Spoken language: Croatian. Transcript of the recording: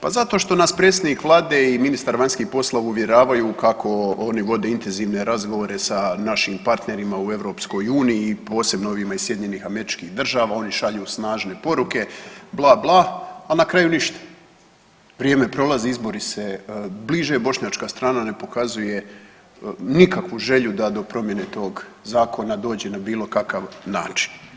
Pa zato što nas predsjednik vlade i ministar vanjskih poslova uvjeravaju kako oni vode intenzivne razgovore sa našim parterima u EU i posebno ovima iz SAD-a, oni šalju snažne poruke, bla, bla, a na kraju ništa, vrijeme prolazi, izbori se bliže, bošnjačka strana ne pokazuje nikakvu želju da do promjene tog zakona dođe na bilo kakav način.